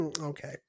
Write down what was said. Okay